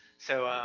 so